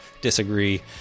disagree